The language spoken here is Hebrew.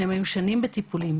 שניהם היו שנים בטיפולים.